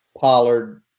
Pollard